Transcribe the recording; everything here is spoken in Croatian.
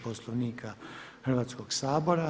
Poslovnika Hrvatskog sabora.